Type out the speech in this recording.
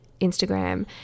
Instagram